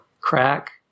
crack